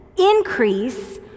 increase